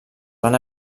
van